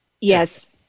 Yes